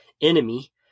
enemy